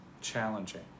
challenging